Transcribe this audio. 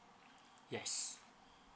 yes